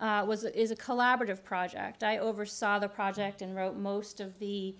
was it is a collaborative project i oversaw the project and wrote most of the